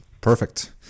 Perfect